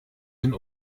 den